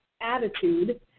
attitude